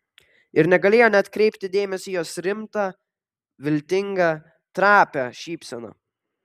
ir negalėjo neatkreipti dėmesio į jos rimtą viltingą trapią šypseną